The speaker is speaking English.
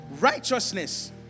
righteousness